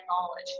knowledge